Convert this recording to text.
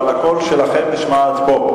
אבל הקול שלכם נשמע עד פה,